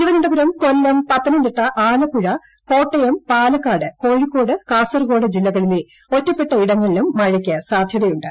തിരുവനന്തപുരം കൊല്ലം പത്തനംതിട്ട ആലപ്പുഴ കോട്ടയം പാലക്കാട് കോഴിക്കോട് കാസർഗോഡ് ജില്ലകളിലെ ഒറ്റപ്പെട്ടയിടങ്ങളിലും മഴക്ക് സാധ്യതയുണ്ട്